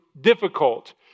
difficult